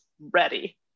ready